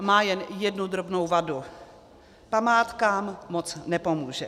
Má jen jednu drobnou vadu, památkám moc nepomůže.